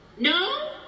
No